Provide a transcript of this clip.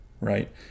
right